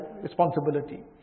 responsibility